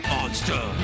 Monster